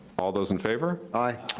all those in favor. aye.